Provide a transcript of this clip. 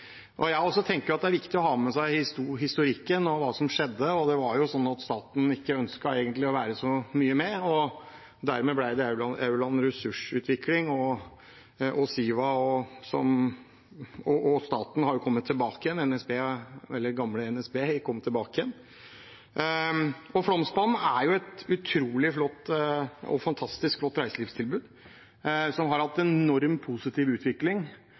Jeg tenker også at det er viktig å ha med seg historikken og hva som skjedde. Det var sånn at staten egentlig ikke ønsket å være så mye med, og dermed ble det Aurland Ressursutvikling og Siva. Staten har kommet tilbake igjen, det gamle NSB kom tilbake igjen. Flåmsbanen er et utrolig fantastisk og flott reiselivstilbud, som har hatt enorm positiv utvikling.